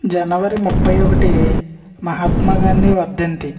జనవరి ముఫై ఒకటి మహాత్మా గాంధీ వర్ధంతి